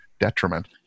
detriment